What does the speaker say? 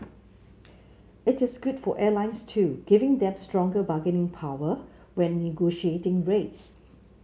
it is good for airlines too giving them stronger bargaining power when negotiating rates